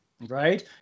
Right